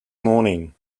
morning